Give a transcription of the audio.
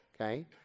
Okay